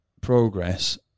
progress